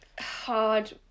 hard